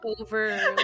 over